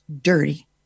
dirty